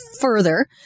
further